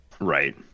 Right